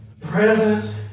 Presence